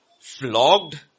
flogged